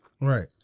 Right